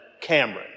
Cameron